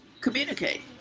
communicate